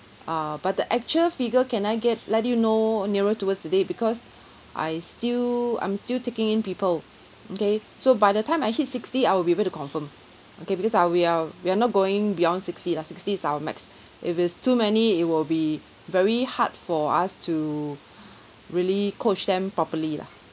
uh but the actual figure can I get let you know nearer towards the day because I still I'm still taking in people mm K so by the time I hit sixty I will be able to confirm okay because uh we are we are not going beyond sixty lah sixty is our max if it's too many it will be very hard for us to really coach them properly lah